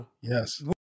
yes